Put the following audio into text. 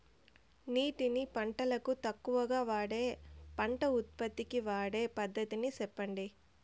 నీటిని పంటలకు తక్కువగా వాడే పంట ఉత్పత్తికి వాడే పద్ధతిని సెప్పండి?